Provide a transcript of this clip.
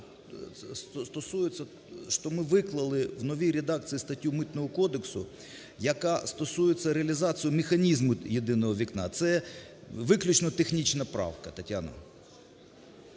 що ми виклали в новій редакції статтю Митного кодексу, яка стосується реалізації механізму "єдиного вікна". Це виключно технічна правка, Тетяно.